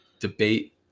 debate